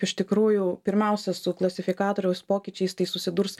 iš tikrųjų pirmiausia su klasifikatoriaus pokyčiais tai susidurs